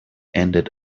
ended